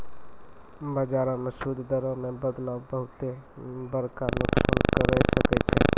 बजारो मे सूद दरो मे बदलाव बहुते बड़का नुकसान करै सकै छै